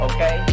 Okay